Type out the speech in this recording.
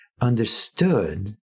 understood